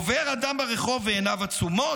עובר אדם ברחוב ועיניו עצומות,